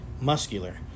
muscular